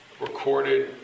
recorded